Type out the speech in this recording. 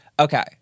okay